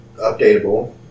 updatable